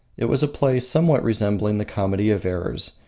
it was a play somewhat resembling the comedy of errors,